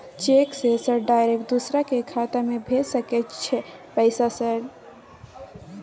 Cheque से sir direct दूसरा के खाता में भेज सके छै पैसा सर?